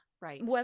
Right